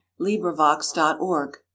LibriVox.org